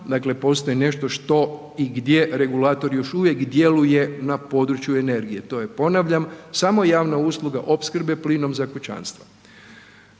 postoji nešto što i gdje regulator još uvijek djeluje na području energije, to je ponavljam, samo javna usluga opskrbe plinom za kućanstva.